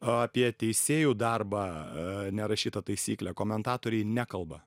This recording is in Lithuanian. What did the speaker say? apie teisėjų darbą nerašyta taisyklė komentatoriai nekalba